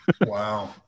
wow